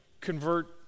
convert